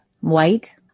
white